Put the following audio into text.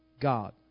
God